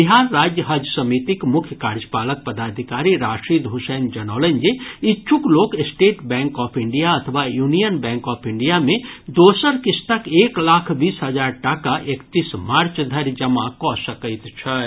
बिहार राज्य हज समितिक मुख्य कार्यपालक पदाधिकारी राशिद हुसैन जनौलनि जे इच्छुक लोक स्टेट बैंक ऑफ इंडिया अथवा यूनियन बैंक ऑफ इंडिया मे दोसर किस्तक एक लाख बीस हजार टाका एकतीस मार्च धरि जमा कऽ सकैत छथि